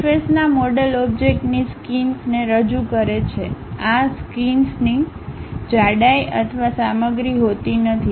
સરફેસના મોડેલલ ઓબ્જેક્ટની સ્કિન્સને રજૂ કરે છે આ સ્કિન્સની જાડાઈ અથવા સામગ્રી હોતી નથી